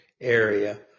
area